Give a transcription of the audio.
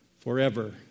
forever